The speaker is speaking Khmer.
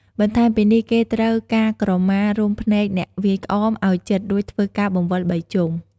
បន្ថែមពីនេះ គេត្រូវការក្រមារុំភ្នែកអ្នកវាយក្អម ឱ្យជិតរួចធ្វើការបង្វិល ៣ ជុំ។